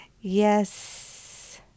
Yes